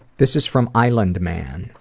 this is from island man,